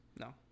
No